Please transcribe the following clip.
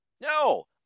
No